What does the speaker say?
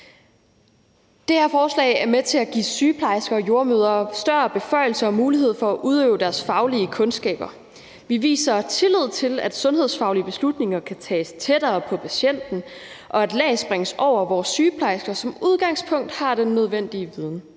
Det her forslag er med til at give sygeplejersker og jordemødre større beføjelser og mulighed for at udøve deres faglige kundskaber. Vi viser tillid til, at sundhedsfaglige beslutninger kan tages tættere på patienten, og at lag springes over, hvor sygeplejersker som udgangspunkt har den nødvendige viden.